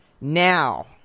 now